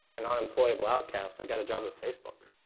an unemployable outcast. i got a job at facebook.